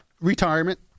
retirement